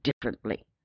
differently